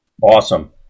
Awesome